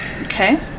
Okay